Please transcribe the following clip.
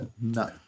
No